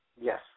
Yes